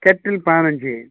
கட்டில் பதினஞ்சு